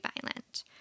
violent